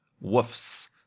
woofs